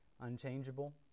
unchangeable